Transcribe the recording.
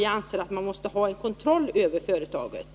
Vi anser att man måste ha kontroll över företaget.